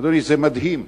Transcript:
אדוני, זה מדהים.